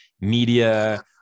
media